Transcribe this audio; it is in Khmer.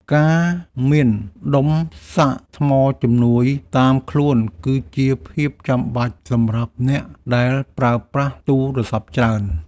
ការមានដុំសាកថ្មជំនួយ តាមខ្លួន គឺជាភាពចាំបាច់សម្រាប់អ្នកដែលប្រើប្រាស់ទូរស័ព្ទច្រើន។